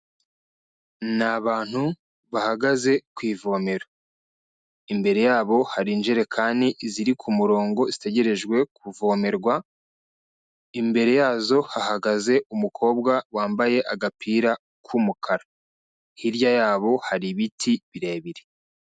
Ni abantu bahagaze ku ivomeraro. Imbere yabo, hari injerekani ziri ku murongo zitegerejwe kuvomerwa, imbere yazo hahagaze umukobwa wambaye agapira k'umukara, hirya yabo, hari ibiti birebire.